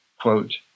quote